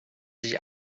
sich